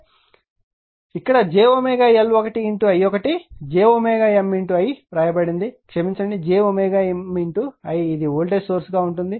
కాబట్టి ఇక్కడ j L1 i1 j M i వ్రాయబడినది క్షమించండి j M i ఇది వోల్టేజ్ సోర్స్ గా ఉంటుంది